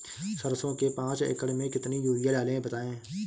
सरसो के पाँच एकड़ में कितनी यूरिया डालें बताएं?